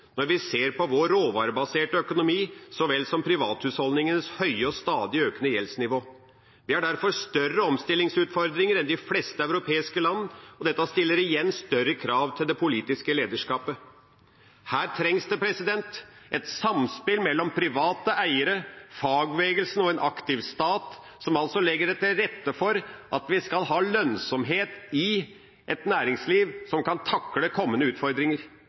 når vi ser på vår råvarebaserte økonomi så vel som privathusholdningenes høye og stadig økende gjeldsnivå. Vi har derfor større omstillingsutfordringer enn de fleste europeiske land, og dette stiller igjen større krav til det politiske lederskapet. Her trengs det et samspill mellom private eiere, fagbevegelsene og en aktiv stat som legger til rette for at vi skal ha lønnsomhet i et næringsliv som kan takle kommende utfordringer.